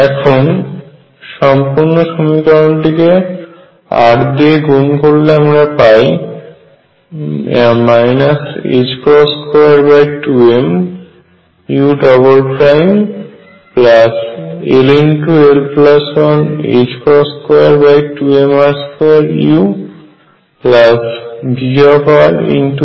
এখন সম্পূর্ণ সমীকরণটিকে r দিয়ে গুন করলে আমরা পাই 22m ull122mr2uVruEu